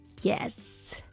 yes